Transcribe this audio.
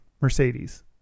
mercedes